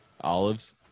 olives